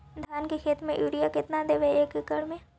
धान के खेत में युरिया केतना देबै एक एकड़ में?